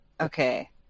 Okay